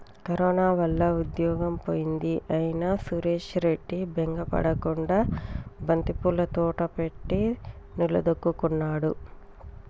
corona వల్ల ఉద్యోగం పోయింది అయినా సురేష్ రెడ్డి బెంగ పడకుండా బంతిపూల తోట పెట్టి నిలదొక్కుకున్నాడు